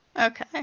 Okay